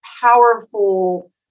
powerful